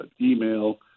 email